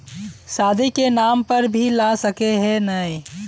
शादी के नाम पर भी ला सके है नय?